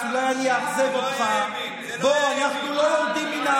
זה לא היה ימין, זה לא היה ימין,